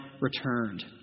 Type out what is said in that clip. returned